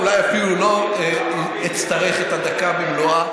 ואולי אפילו לא אצטרך את הדקה במלואה.